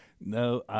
No